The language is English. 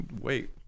wait